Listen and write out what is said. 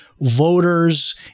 voters